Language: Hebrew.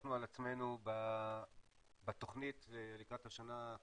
שלקחנו על עצמנו בתוכנית לקראת השנה הקרובה,